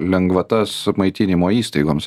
lengvatas maitinimo įstaigoms